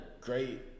great